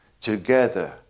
together